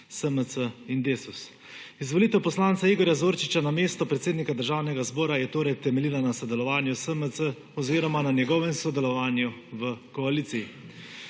SMC in DeSUS. Izvolitev poslanca Igorja Zorčiča na mesto predsednika Državnega zbora je torej temeljila na sodelovanju SMC oziroma na njegovem sodelovanju v koaliciji.